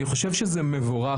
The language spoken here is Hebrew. אני חושב שזה מבורך.